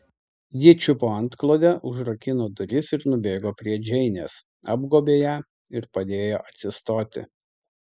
ji čiupo antklodę užrakino duris ir nubėgo prie džeinės apgobė ją ir padėjo atsistoti